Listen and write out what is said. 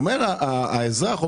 אומר האזרח שהוא